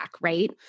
right